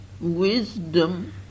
wisdom